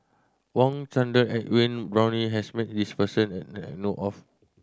Wang Chunde Edwin Brown has met this person I know of